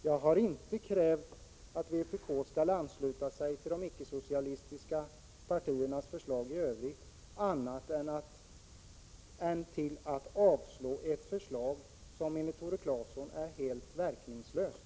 Jag har inte krävt att vpk skall ansluta sig till de icke-socialistiska partiernas förslag i övrigt utan bara i den del som gäller att avslå ett förslag som Tore Claeson anser vara helt verkningslöst.